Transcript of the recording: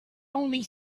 only